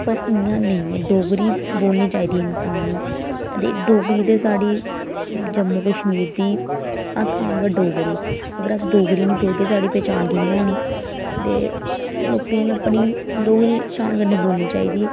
पर इं'या नेईं ऐ डोगरी बोलनी चाहिदी इन्सान गी ते डोगरी ते साढ़ी जम्मू कशमीर दी अस आं डोगरे जेकर अस डोगरी निं बोलगे साढ़ी पन्छान कि'यां होनी ते लोकें गी अपनी डोगरी शान कन्नै बोलनी चाहिदी